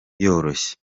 yoroshye